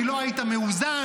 כי לא היית מאוזן,